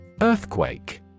Earthquake